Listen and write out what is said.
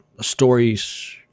stories